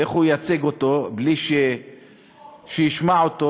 איך הוא ייצג אותו בלי שישמע אותו